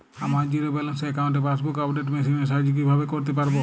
আমার zero balance অ্যাকাউন্টে passbook update machine এর সাহায্যে কীভাবে করতে পারব?